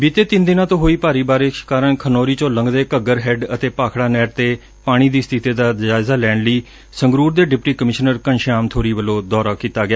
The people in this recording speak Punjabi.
ਬੀਤੇ ਤਿੰਨ ਦਿਨਾਂ ਤੋਂ ਹੋਈ ਭਾਰੀ ਬਾਰਿਸ਼ ਕਾਰਨ ਖਨੌਰੀ ਚੋਂ ਲੰਘਦੇ ਘੱਗਰ ਹੈੱਡ ਅਤੇ ਭਾਖੜਾ ਨਹਿਰ ਤੇ ਪਾਣੀ ਦੀ ਸਬਿਤੀ ਦਾ ਜਾਇਜ਼ਾ ਲੈਣ ਲਈ ਸੰਗਰੂਰ ਦੇ ਡਿਪਟੀ ਕਮਿਸ਼ਨਰ ਘਣਸ਼ਿਆਮ ਥੋਰੀ ਵੱਲੋਂ ਦੌਰਾ ਕੀਤਾ ਗਿਆ